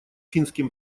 финским